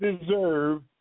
deserve